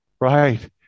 Right